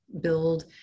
build